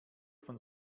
von